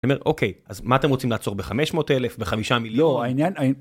אני אומר, אוקיי, אז מה אתם רוצים לעצור ב-500 אלף? בחמישה מיליון?